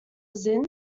zinn